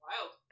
Wild